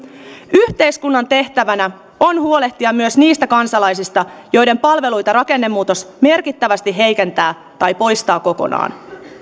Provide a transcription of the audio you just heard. yhteiskunnan tehtävänä on huolehtia myös niistä kansalaisista joiden palveluita rakennemuutos merkittävästi heikentää tai poistaa ne kokonaan